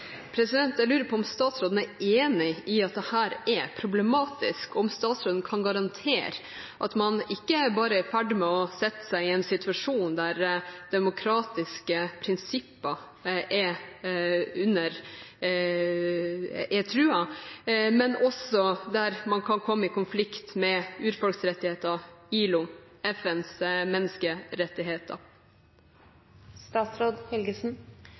Jeg lurer på om statsråden er enig i at dette er problematisk, og om statsråden kan garantere at man ikke bare er i ferd med å sette seg i en situasjon der demokratiske prinsipper er truet, men også der man kan komme i konflikt med urfolks rettigheter, ILO, og FNs